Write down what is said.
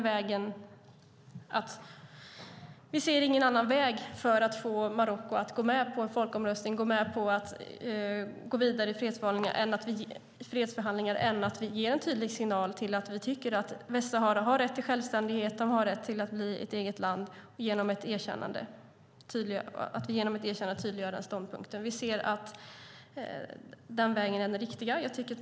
Vi ser ingen annan väg att få Marocko att gå med på en folkomröstning och att gå vidare i fredsförhandlingarna än att vi ger en tydlig signal. Vi tycker att Västsahara har rätt till självständighet och att bli ett eget land, och genom ett erkännande tydliggör vi den ståndpunkten. Vi ser att den vägen är den riktiga.